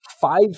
five